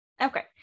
Okay